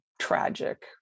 tragic